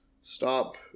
stop